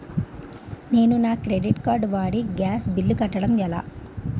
నేను నా credit card వాడి గ్యాస్ బిల్లు కట్టడం ఎలా?